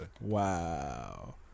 Wow